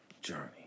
journey